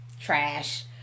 Trash